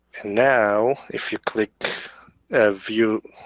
now if you click view,